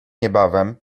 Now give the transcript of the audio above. niebawem